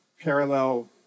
parallel